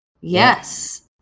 Yes